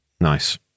Nice